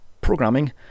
programming